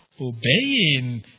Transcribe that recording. obeying